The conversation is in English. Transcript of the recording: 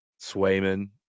Swayman